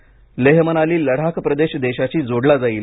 लेह मनाली लडाख प्रदेश देशाशी जोडला जाईल